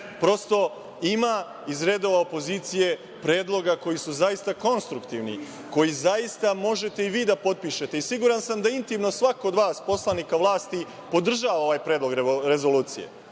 ima iz redova opozicije predloga koji su zaista konstruktivni, koji zaista možete i vi da potpišete i siguran sam da intimno svako od vas poslanika vlasti podržava ovaj Predlog rezolucije,